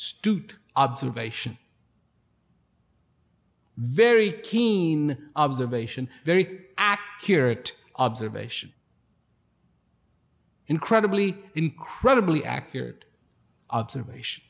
stupid observation very keen observation very accurate observation incredibly incredibly accurate observation